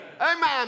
Amen